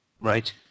Right